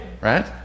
right